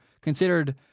considered